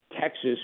Texas